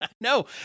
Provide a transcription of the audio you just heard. No